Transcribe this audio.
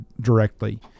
directly